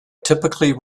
typically